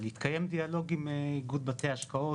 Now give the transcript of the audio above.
אבל התקיים דיאלוג עם איגוד בתי ההשקעות,